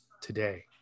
today